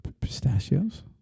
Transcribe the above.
pistachios